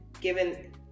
Given